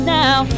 now